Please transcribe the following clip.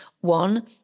one